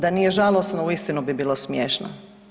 Da nije žalosno, uistinu bi bilo smiješno.